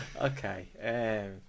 Okay